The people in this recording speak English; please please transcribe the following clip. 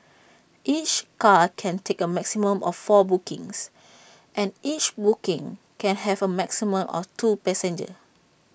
each car can take A maximum of four bookings and each booking can have A maximum of two passengers